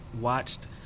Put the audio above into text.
watched